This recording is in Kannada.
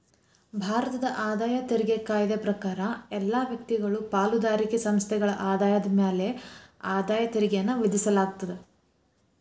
ಭಾರತದ ಆದಾಯ ತೆರಿಗೆ ಕಾಯ್ದೆ ಪ್ರಕಾರ ಎಲ್ಲಾ ವ್ಯಕ್ತಿಗಳು ಪಾಲುದಾರಿಕೆ ಸಂಸ್ಥೆಗಳ ಆದಾಯದ ಮ್ಯಾಲೆ ಆದಾಯ ತೆರಿಗೆಯನ್ನ ವಿಧಿಸಲಾಗ್ತದ